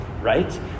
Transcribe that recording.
Right